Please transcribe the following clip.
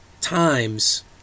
times